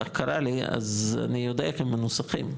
קרה לי, אז אני יודע איך הם מנוסחים.